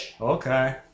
Okay